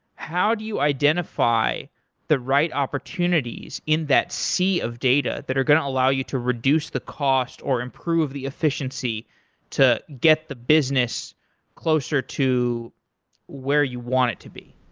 how do you identify the right opportunities in that sea of data that are going to allow you to reduce the cost or improve the efficiency to get the business closer to where you want it to be?